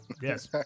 yes